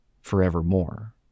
forevermore